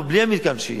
עוד בלי מתקן השהייה.